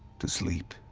to sleep,